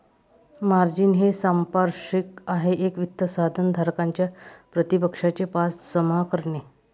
margin हे सांपार्श्विक आहे एक वित्त साधन धारकाच्या प्रतिपक्षाचे पास जमा करणे